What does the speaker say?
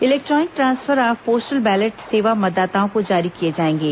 electronic transfer of postal ballot सेवा मतदाताओं को जारी किए जाएंगे